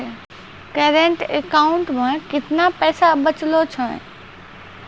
Current account मे केतना पैसा बचलो छै?